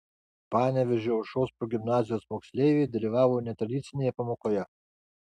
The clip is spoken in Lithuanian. panevėžio aušros progimnazijos moksleiviai dalyvavo netradicinėje pamokoje